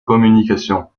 communication